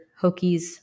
Hokies